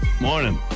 Morning